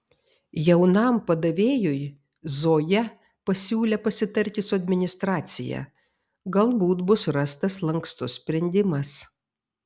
jaunam padavėjui zoja pasiūlė pasitarti su administracija galbūt bus rastas lankstus sprendimas